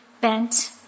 bent